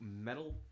metal